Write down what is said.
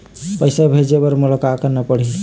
पैसा भेजे बर मोला का करना पड़ही?